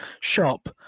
shop